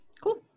Cool